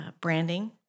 branding